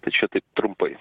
tai čia taip trumpai